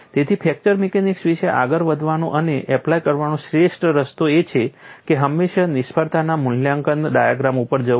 તેથી fracture mechanics વિશે આગળ વધવાનો અને એપ્લાય કરવાનો શ્રેષ્ઠ રસ્તો એ છે કે હંમેશાં નિષ્ફળતાના મૂલ્યાંકન ડાયાગ્રામ ઉપર જવું